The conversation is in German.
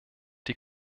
die